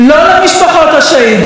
לא למשפחות השהידים